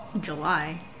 July